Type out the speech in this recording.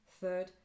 third